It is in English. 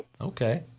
okay